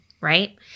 right